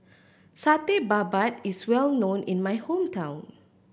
Satay Babat is well known in my hometown